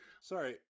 Sorry